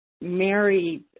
Mary